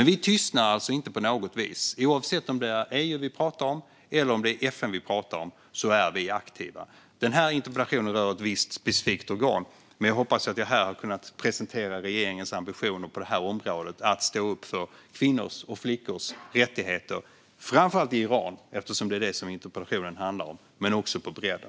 Vi tystnar alltså inte på något vis. Oavsett om det är EU eller FN vi pratar om är vi aktiva. Den här interpellationen rör ett visst specifikt organ, men jag hoppas att jag här har kunnat presentera regeringens ambitioner på området att stå upp för kvinnors och flickors rättigheter, framför allt i Iran eftersom det är det interpellationen handlar om, men också på bredden.